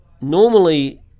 normally